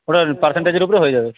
পুরো পার্সেন্টেজের উপরে হয়ে যাবে